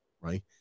right